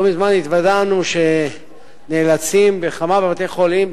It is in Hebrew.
לא מזמן התוודענו לכך שבכמה מבתי-החולים,